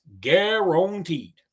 guaranteed